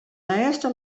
lêste